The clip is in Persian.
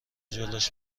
جلوش